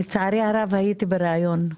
לצערי הרב הייתי בראיון.